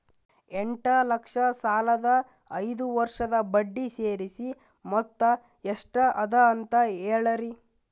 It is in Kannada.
ಎಂಟ ಲಕ್ಷ ಸಾಲದ ಐದು ವರ್ಷದ ಬಡ್ಡಿ ಸೇರಿಸಿ ಮೊತ್ತ ಎಷ್ಟ ಅದ ಅಂತ ಹೇಳರಿ?